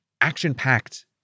action-packed